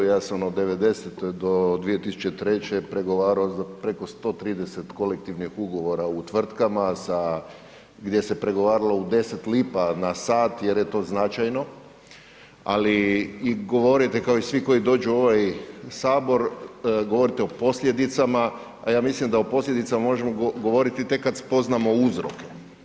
Ja sam od '90.-te do 2003. pregovarao preko 130 kolektivnih ugovora u tvrtkama gdje se pregovaralo u 10 lipa na sat jer je to značajno, ali govorite kao i svi koji dođu u ovaj Sabor, govorite o posljedicama, a ja mislim da o posljedicama možemo govoriti tek kada spoznamo uzroke.